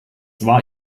war